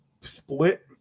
split